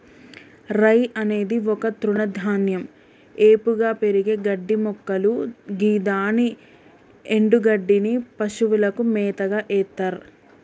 రై అనేది ఒక తృణధాన్యం ఏపుగా పెరిగే గడ్డిమొక్కలు గిదాని ఎన్డుగడ్డిని పశువులకు మేతగ ఎత్తర్